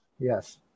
Yes